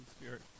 Spirit